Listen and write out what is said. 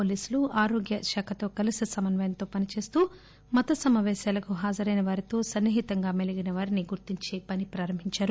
పోలీసులు ఆరోగ్య శాఖతో కలిసి సమన్నయంతో పనిచేస్తూ మత సమాపేశాలకు హాజరైన వారితో సన్ని హితంగా మెలిగిన వారిని గుర్తించే పని ప్రారంభించారు